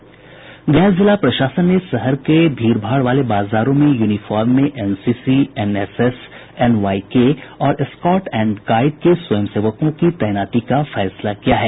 गया जिला प्रशासन ने शहर के भीड़ भाड़ वाले बाजारों में यूनिफॉर्म में एनसीसी एनएसएस एनवाइ के तथा स्कॉउट एण्ड गाइड के स्वयंसेवकों की तैनाती का फैसला किया है